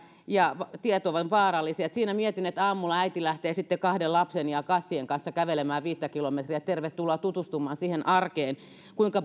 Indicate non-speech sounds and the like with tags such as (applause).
ja tiet ovat vaarallisia ja mietin sitä kun aamulla äiti lähtee sitten kahden lapsen ja kassien kanssa kävelemään viittä kilometriä että tervetuloa tutustumaan siihen arkeen siihen kuinka (unintelligible)